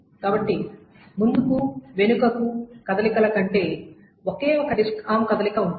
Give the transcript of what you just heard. కాబట్టి ముందుకు వెనుకకు కదలికల కంటే ఒకే ఒక డిస్క్ ఆర్మ్ కదలిక ఉంటుంది